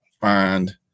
find